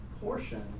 portion